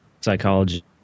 psychology